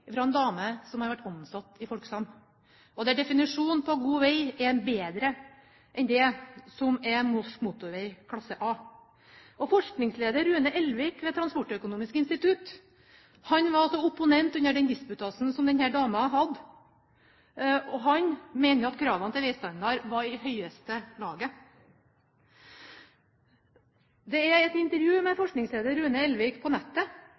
en dame som har vært ansatt i Folksam, og der definisjonen på en god vei er bedre enn det som er norsk motorvei klasse A. Forskningsleder Rune Elvik ved Transportøkonomisk institutt var opponent under den disputasen som denne damen hadde, og han mente at kravet til veistandard var i høyeste laget. Det er et intervju med forskningsleder Rune Elvik på nettet,